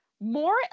more